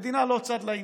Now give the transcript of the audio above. המדינה לא צד לעניין.